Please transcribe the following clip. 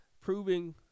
proving